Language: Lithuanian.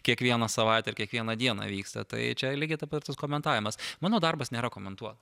kiekvieną savaitę ar kiekvieną dieną vyksta tai čia lygiai taip pat tas komentavimas mano darbas nėra komentuot